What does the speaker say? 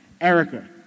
Erica